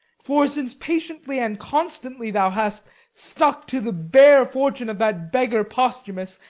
for since patiently and constantly thou hast stuck to the bare fortune of that beggar posthumus,